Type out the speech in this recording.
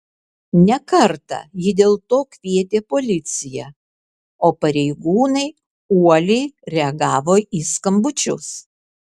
ne kartą ji dėl to kvietė policiją o pareigūnai uoliai reagavo į skambučius